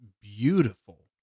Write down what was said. beautiful